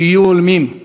שיהיו הולמים.